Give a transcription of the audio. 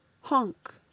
Honk